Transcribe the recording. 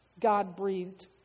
God-breathed